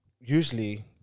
usually